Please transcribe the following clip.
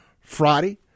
Friday